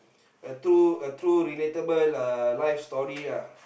a true a true relatable uh life story uh